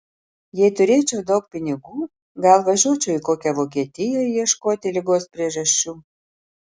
jei turėčiau daug pinigų gal važiuočiau į kokią vokietiją ieškoti ligos priežasčių